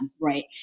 right